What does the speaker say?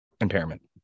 impairment